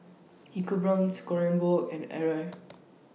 EcoBrown's Kronenbourg and Arai